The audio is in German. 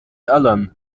allen